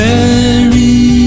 Mary